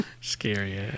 scary